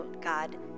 God